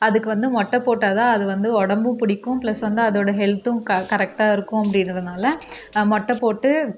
அதுக்கு வந்து மொட்டை போட்டால்தான் அதுவந்து உடம்பு பிடிக்கும் ப்ளஸ் வந்து அதோட ஹெல்த்தும் க கரெட்டாக இருக்கும் அப்படிங்கிறதுனால மொட்டை போட்டு